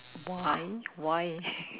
why why